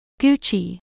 Gucci